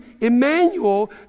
Emmanuel